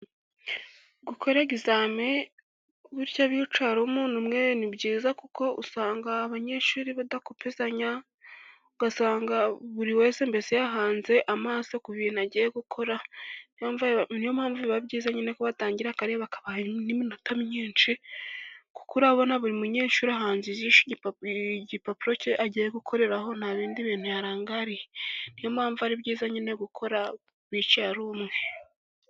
Gukore egizame bicaye ari umuntu n'umwe ni byiza kuko usanga abanyeshuri badakopezanya, ugasanga buri wese mbese yahanze amaso ku bintu agiye gukora, niyo mpamvu biba byiza nyine kubitangira kare bakabaha n'iminota myinshi, kuko urabona buri munyeshuri ahanze ijisho igipapuro ke agiye gukoreraho nta bindi bintu yarangariye, niyo mpamvu ari byiza gukora bicaye ari umwe.